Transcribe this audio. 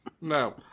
No